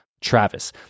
Travis